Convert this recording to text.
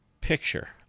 picture